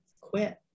quit